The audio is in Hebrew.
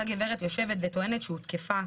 אותה גברת יושבת וטוענת שהותקפה,